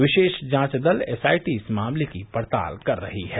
विशेष जांच दल एसआईटी इस मामले की पड़ताल कर रहा है